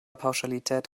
pauschalität